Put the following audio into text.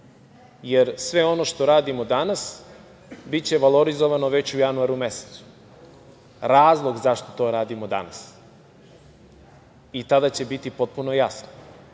Jer, sve ono što radimo danas, biće valorizovano već u januaru mesecu, razlog zašto to radimo danas i tada će biti potpuno jasno. Hajde